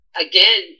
again